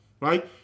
right